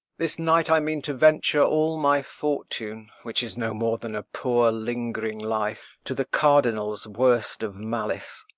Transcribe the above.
this night i mean to venture all my fortune, which is no more than a poor ling'ring life, to the cardinal's worst of malice.